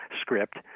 script